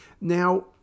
Now